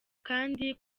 kandi